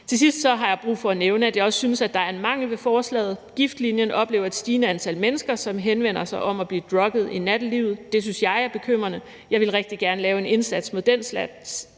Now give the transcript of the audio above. Til sidst har jeg brug for at nævne, at jeg også synes, der er en mangel ved forslaget. Giftlinjen oplever et stigende antal mennesker, som henvender sig om at være blevet drugget i nattelivet. Det synes jeg er bekymrende. Jeg ville rigtig gerne lave en indsats mod den slags,